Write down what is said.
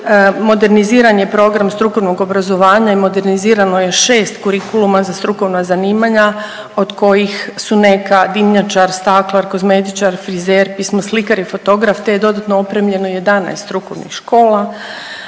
Moderniziran je program strukovnog obrazovanja i modernizirano je 6 kurikuluma za strukovna zanimanja od kojih su neka dimnjačar, staklar, kozmetičar, frizer, pismoslikar i fotograf, te je dodatno opremljeno 11 strukovnih škola.